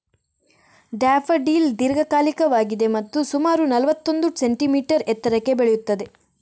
daffodil ದೀರ್ಘಕಾಲಿಕವಾಗಿದೆ ಮತ್ತು ಸುಮಾರು ನಲ್ವತ್ತೊಂದು ಸೆಂಟಿಮೀಟರ್ ಎತ್ತರಕ್ಕೆ ಬೆಳೆಯುತ್ತದೆ